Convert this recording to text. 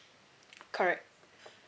correct